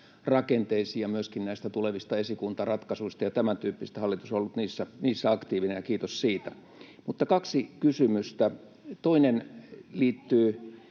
rakenteisiin, ja myöskin näistä tulevista esikuntaratkaisuista ja tämäntyyppisistä. Hallitus on ollut niissä aktiivinen, kiitos siitä. Mutta kaksi kysymystä: Toinen liittyy